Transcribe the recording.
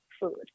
food